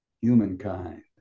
humankind